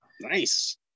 Nice